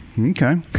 Okay